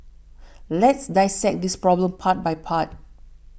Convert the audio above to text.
let's dissect this problem part by part